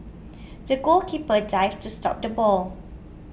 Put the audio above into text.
the goalkeeper dived to stop the ball